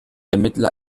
ermittler